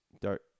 Dark